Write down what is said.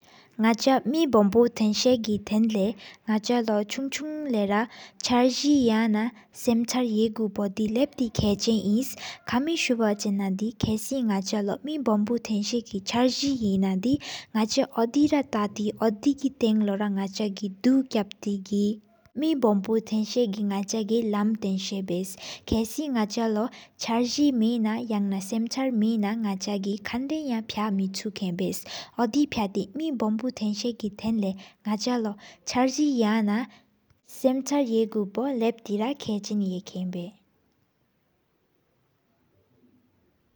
ནག་ཆ་མེ་བང་པོ་ཐངས་ས་གི་ཐན་ལེ། ནག་ཆ་ལོ་ཆུང་ཆུང་ལེ་ར། ཆར་ཟེ་ཡང་ན་སེམས་ཆར་ཧེ་གོ་པོ་དེ། ལབ་ལྟེ་ཁེཆེ་ཨིན་ཁ་མི་ཨཽ་བ་ཆེ་ན་དི། ཁ་སི་ནག་ཆ་ལོ་མེ་བང་པོ་ཐངས་ས་གི། ཆར་ཟེ་ཧེ་ན་དེ་ནག་ཆ་ཨོ་དེ་ར་ཐག་དེ་གི། ཨོ་དེ་ཐང་ལོ་ར་ནག་ཆ་གི་དུག་ཀབ་ཐེ་གི། མེ་བང་པོ་ཐེན་ས་གི་ནག་ཆ་གི། ལམ་ཐེན་ས་བེད་ཁ་སི་ནག་ཆ་ལོ་ཆར་ཟེ་མེ་ན། ཡང་ན་སེམས་ཆར་མེ་ན་ནག་ཆ་གི། ཁན་ད་ཡང་ཕ་མེ་ཆུ་ཁེན་བེ། ཨོ་དེ་ཕ་ཐེ་གི་མེ་བང་པོ་ཐེན་ས་གི་ཐེན་ལག། ནག་ཆ་ལོ་ཆར་ཟེ་ཡང་ན་སེམས་ཆར། ཧེ་གོ་པོ་ལབ་ཐེ་ཁེན་ཆེན་ཡེ་པོ་བེ།